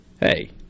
Hey